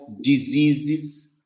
diseases